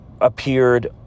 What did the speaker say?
appeared